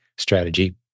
strategy